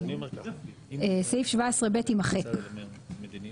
כולל ינון שיושב איתנו ושאר חברי הכנסת